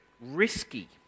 risky